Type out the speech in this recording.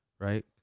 right